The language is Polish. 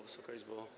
Wysoka Izbo!